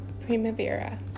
Primavera